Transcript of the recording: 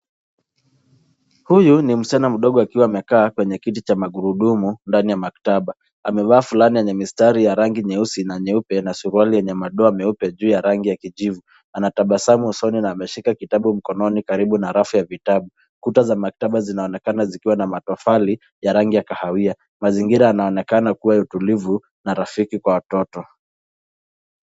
Huyu ni msichana mdogo akiwa amekaa kwenye kiti cha magurudumu, ndani ya maktaba. Amevaa fulana yenye mistari ya rangi nyeusi na nyeupe na suruali yenye madoa meupe juu ya rangi ya kijivu. Anatabasamu usoni na ameshika kitabu mkononi karibu na rafu ya vitabu. Kuta za maktaba zinaonekana zikiwa na matofali ya rangi ya kahawia. Mazingira yanaonekana kuwa ya utulivu na rafiki kwa watoto.